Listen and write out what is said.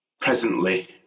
presently